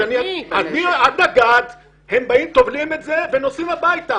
הם באים, טובלים את זה ונוסעים הביתה.